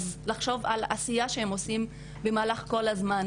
אז לחשוב על עשייה שהם עושים במהלך כל הזמן,